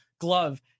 glove